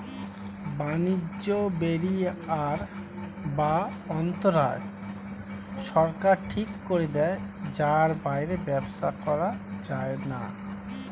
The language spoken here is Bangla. বাণিজ্য ব্যারিয়ার বা অন্তরায় সরকার ঠিক করে দেয় যার বাইরে ব্যবসা করা যায়না